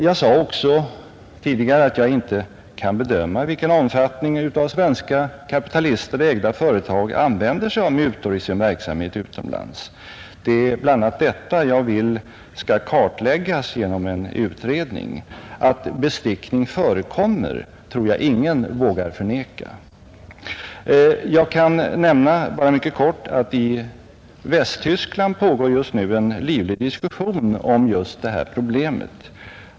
Jag sade också tidigare att jag inte kan bedöma i vilken omfattning av svenska kapitalister ägda företag använder mutor i sin verksamhet. Det är bl.a. detta jag vill skall kartläggas genom en utredning. Att bestickning förekommer, tror jag ingen vågar förneka. Jag kan nämna, bara mycket kort, att i Västtyskland pågår just nu en livlig debatt om det här problemet.